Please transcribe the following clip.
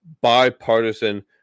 bipartisan